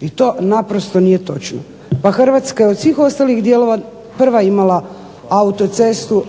i to naprosto nije točno. Pa Hrvatska je od svih ostalih dijelova prva imala autocestu.